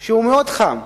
שהוא מאוד חם.